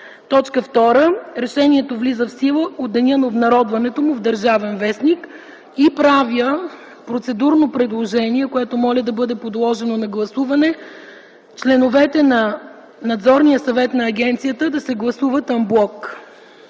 2. Решението влиза в сила от деня на обнародването му в „Държавен вестник”.” Правя процедурно предложение, което моля да бъде подложено на гласуване, членовете на Надзорния съвет на агенцията да се гласуват ан блок.